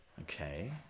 Okay